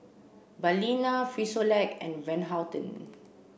Balina Frisolac and Van Houten